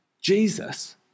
Jesus